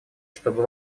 чтобы